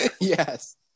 Yes